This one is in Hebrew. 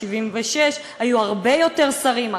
76. היו הרבה יותר שרים,